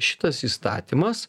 šitas įstatymas